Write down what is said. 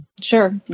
sure